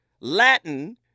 Latin